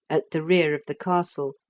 at the rear of the castle,